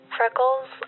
Freckles